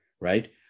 right